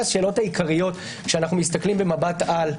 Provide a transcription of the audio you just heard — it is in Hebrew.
השאלות העיקריות כשאנו מסתכלים במבט על,